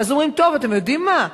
אז אומרים: טוב, אתם יודעים מה?